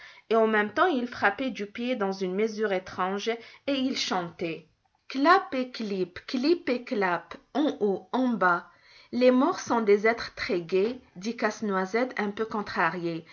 et en même temps ils frappaient du pied dans une mesure étrange et ils chantaient klapp et klipp klipp et klapp en haut en bas les maures sont des êtres très gais dit casse-noisette un peu contrarié